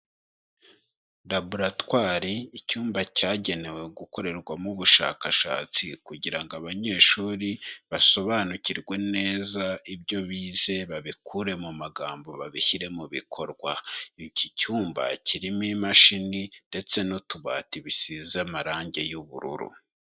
Laboratwari icyumba cyagenewe gukorerwamo ubushakashatsi kugira ngo abanyeshuri basobanukirwe neza ibyo bize, babikure mu magambo babishyire mu bikorwa. Iki cyumba kirimo imashini ndetse n'utubati bisize amarange y'ubururu.